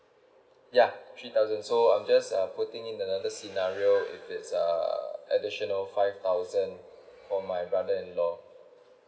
yeah she doesn't so yeah I'm just putting in another scenario if it's uh additional five thousand for my brother in law